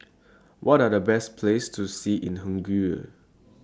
What Are The Best Places to See in Hungary